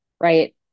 right